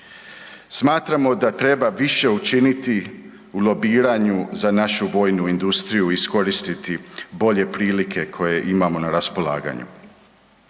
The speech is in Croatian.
Smatramo da treba više učiniti u lobiranju za našu vojnu industriju i iskoristiti bolje prilike koje imamo na raspolaganju.